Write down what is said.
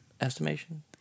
Estimation